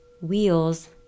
wheels